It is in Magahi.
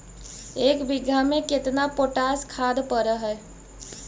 एक बिघा में केतना पोटास खाद पड़ है?